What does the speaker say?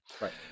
Right